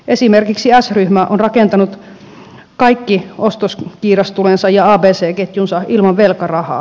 esimerkiksi s ryhmä on rakentanut kaikki ostoskiirastulensa ja abc ketjunsa ilman velkarahaa